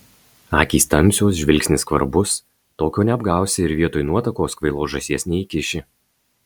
akys tamsios žvilgsnis skvarbus tokio neapgausi ir vietoj nuotakos kvailos žąsies neįkiši